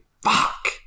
Fuck